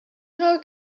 how